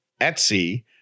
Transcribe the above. Etsy